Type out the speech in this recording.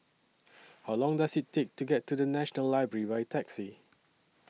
How Long Does IT Take to get to The National Library By Taxi